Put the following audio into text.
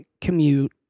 commute